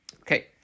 Okay